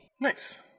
Nice